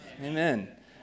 Amen